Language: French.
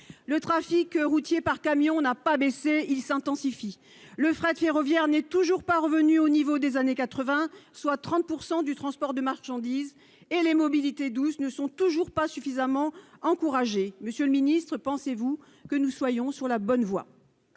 le trafic routier par camion n'a pas baissé il s'intensifie, le fret ferroviaire n'est toujours pas revenu au niveau des années 80, soit 30 % du transport de marchandises et les mobilités douces ne sont toujours pas suffisamment encouragé, Monsieur le Ministre, pensez-vous que nous soyons sur la bonne voie.